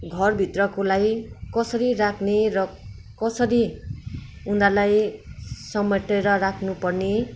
घरभित्रकोलाई कसरी राख्ने र कसरी उनीहरूलाई समेटेर राख्नुपर्ने